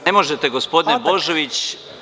Ne možete, gospodine Božović.